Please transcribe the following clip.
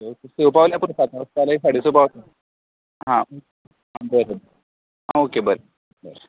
स पावल्यार पुरो न्हू स साडे स पावता आं बरें आं ओके बरें बरें